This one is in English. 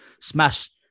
smash